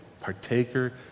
partaker